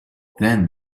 then